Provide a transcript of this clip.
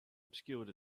obscured